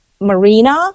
Marina